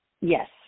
Yes